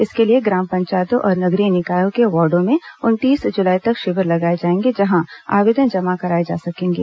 इसके लिए ग्राम पंचायतों और नगरीय निकायों के वॉर्डों में उनतीस जुलाई तक शिविर लगाए जाएंगे जहां आवेदन जमा कराए जा सकेंगे